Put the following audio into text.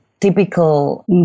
typical